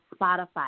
Spotify